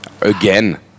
again